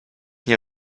nie